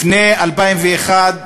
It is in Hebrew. לפני 2001,